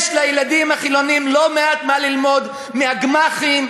יש לילדים החילונים לא מעט מה ללמוד מהגמ"חים,